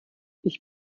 ich